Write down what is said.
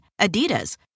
Adidas